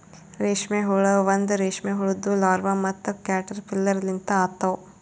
ರೇಷ್ಮೆ ಹುಳ ಒಂದ್ ರೇಷ್ಮೆ ಹುಳುದು ಲಾರ್ವಾ ಮತ್ತ ಕ್ಯಾಟರ್ಪಿಲ್ಲರ್ ಲಿಂತ ಆತವ್